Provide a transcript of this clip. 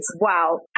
Wow